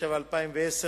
בפריסה